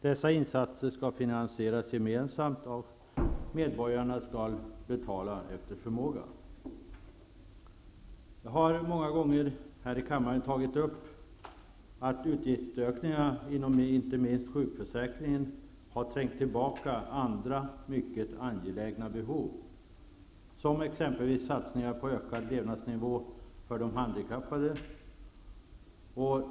Dessa insatser skall finansieras gemensamt, och medborgarna skall betala efter förmåga. Jag har många gånger här i kammaren tagit upp att utgiftsökningarna inom inte minst sjukförsäkringen har trängt tillbaka andra mycket angelägna behov, exempelvis satsningar på att förbättra levnadsnivån för de handikappade.